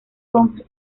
con